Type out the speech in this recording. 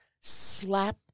slap